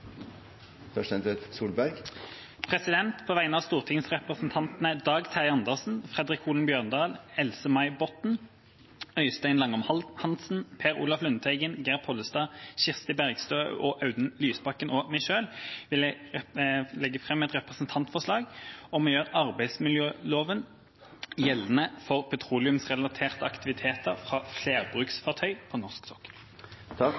På vegne av stortingsrepresentantene Dag Terje Andersen, Fredric Holen Bjørdal, Else-May Botten, Øystein Langholm Hansen, Per Olaf Lundteigen, Geir Pollestad, Kirsti Bergstø, Audun Lysbakken og meg selv vil jeg legge fram et representantforslag om å gjøre arbeidsmiljøloven gjeldende for petroleumsrelaterte aktiviteter fra